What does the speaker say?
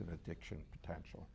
an addiction potential